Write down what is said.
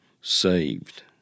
saved